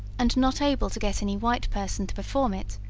and not able to get any white person to perform it,